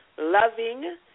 loving